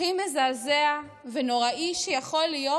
הכי מזעזע ונוראי שיכול להיות,